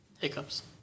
Hiccups